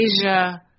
Asia